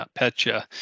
NotPetya